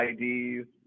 IDs